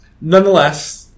Nonetheless